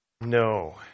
no